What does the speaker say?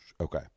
Okay